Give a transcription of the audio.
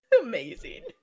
Amazing